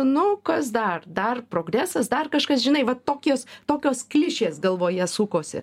nu kas dar dar progresas dar kažkas žinai va tokios tokios klišės galvoje sukosi